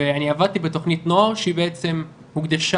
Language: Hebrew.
ואני עבדתי בתוכנית נוער שהיא בעצם הוקדשה